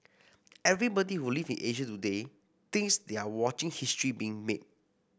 everybody who lives in Asia today thinks they are watching history being made